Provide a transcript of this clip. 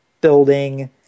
building